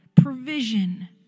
provision